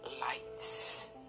lights